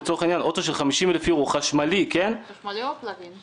לצורך העניין אוטו חשמלי מלא של 50,000 אירו,